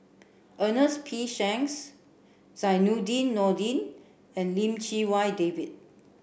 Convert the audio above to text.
Ernest P Shanks Zainudin Nordin and Lim Chee Wai David